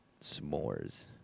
S'mores